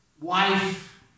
wife